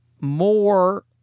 more